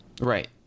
Right